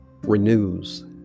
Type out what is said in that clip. renews